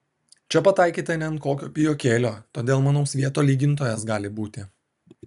čia pataikyta ne ant kokio pijokėlio todėl manau svieto lygintojas gali būti